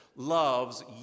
loves